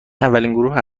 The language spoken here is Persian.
گروه